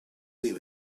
seen